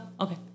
okay